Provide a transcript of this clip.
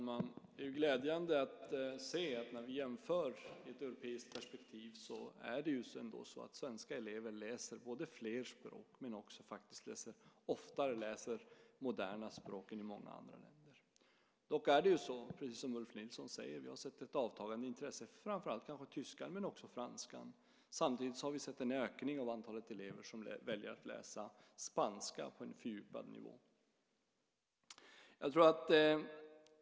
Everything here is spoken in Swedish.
Herr talman! Det är glädjande att se att när vi jämför i ett europeiskt perspektiv läser ändå svenska elever fler språk och de läser oftare moderna språk än man gör i många andra länder. Precis som Ulf Nilsson säger har vi dock sett ett avtagande intresse för framför allt tyska, men också franska. Samtidigt har vi sett en ökning av antalet elever som väljer att läsa spanska på en fördjupad nivå.